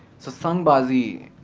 so sangbazi,